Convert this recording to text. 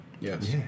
Yes